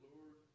Lord